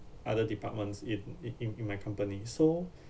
other departments in in in in my company so